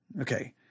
Okay